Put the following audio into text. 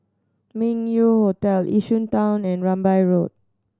Meng Yew Hotel Yishun Town and Rambai Road